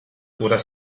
oder